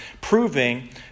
proving